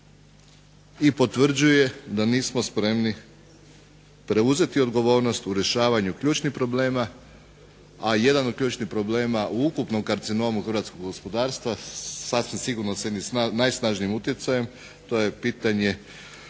i potvrđuje da nismo spremni preuzeti odgovornost u rješavanju ključnih problema, a jedan od ključnih problema u ukupnom karcinomu hrvatskog gospodarstva sasvim sigurno najsnažnijim utjecajem, to je pitanje